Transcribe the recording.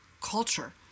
culture